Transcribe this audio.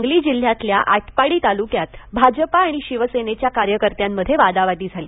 सांगली जिल्ह्यातल्या आटपाडी तालुक्यात भाजपा आणि शिवसेनेच्या कार्यकर्त्यांमध्ये वादावादी झाली